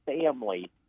family